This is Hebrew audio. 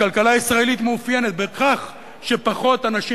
הכלכלה הישראלית מאופיינת בכך שפחות אנשים